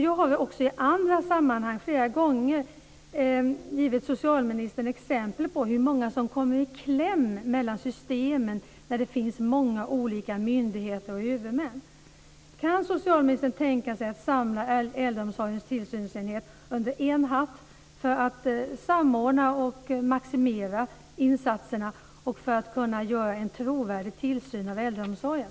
Jag har också i andra sammanhang flera gånger givit socialministern exempel på hur många som kommer i kläm mellan systemen när det finns många olika myndigheter och övermän. Kan socialministern tänka sig att samla äldreomsorgens tillsynsenhet under en hatt för att samordna och maximera insatserna och för att kunna göra en trovärdig tillsyn av äldreomsorgen?